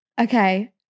Okay